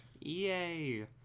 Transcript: yay